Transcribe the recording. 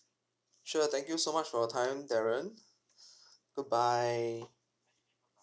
sure thank you so much for your time darren good bye